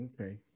Okay